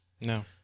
No